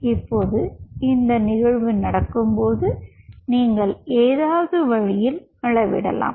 இப்போது இந்த நிகழ்வு நடக்கும்போது நீங்கள் ஏதாவது வழியில் அளவிடலாம்